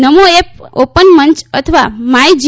નમો app open મંચ અથવા માઇ જી